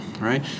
right